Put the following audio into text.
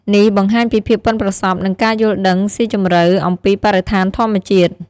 នេះបង្ហាញពីភាពប៉ិនប្រសប់ និងការយល់ដឹងស៊ីជម្រៅអំពីបរិស្ថានធម្មជាតិ។